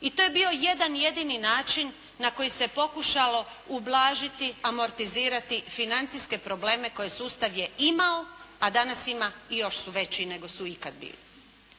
I to je bio jedan jedini način na koji se pokušalo ublažiti, amortizirati financijske probleme koje sustav je imao a danas ima i još su veći nego su ikad bili.